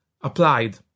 applied